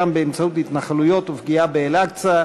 באמצעות התנחלויות ופגיעה במסגד אל-אקצא.